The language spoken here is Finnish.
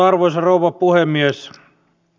arvoisa rouva puhemies